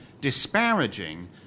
disparaging